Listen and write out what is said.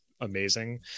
amazing